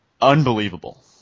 unbelievable